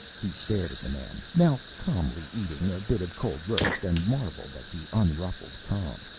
he stared at the man, now calmly eating a bit of cold roast and marveled at the unruffled calm.